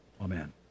amen